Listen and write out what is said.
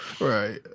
right